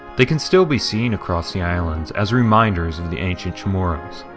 they can still be seen across the islands as reminders of the ancient chamorros.